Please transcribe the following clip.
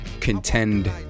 contend